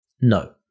No